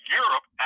europe